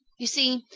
you see,